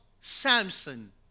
Samson